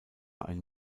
einen